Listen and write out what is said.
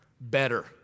better